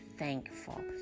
Thankful